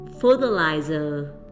fertilizer